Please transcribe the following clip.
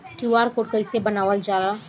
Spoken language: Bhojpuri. क्यू.आर कोड कइसे बनवाल जाला?